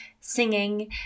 singing